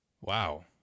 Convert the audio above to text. Wow